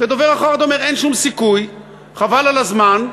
ודובר אחר אומר: אין שום סיכוי, חבל על הזמן,